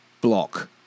block